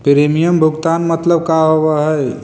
Premium भुगतान मतलब का होव हइ?